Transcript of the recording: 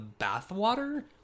bathwater